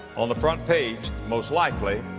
on the front page most likely,